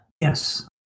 Yes